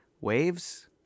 Waves